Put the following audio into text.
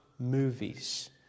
movies